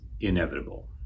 inevitable